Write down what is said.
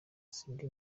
sindi